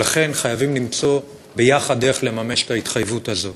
ולכן חייבים למצוא ביחד דרך לממש את ההתחייבות הזאת.